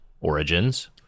origins